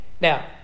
Now